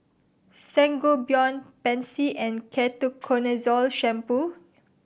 Sangobion Pansy and Ketoconazole Shampoo